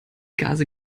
gase